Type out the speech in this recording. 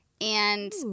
And-